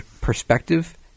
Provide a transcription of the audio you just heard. perspective